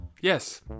Yes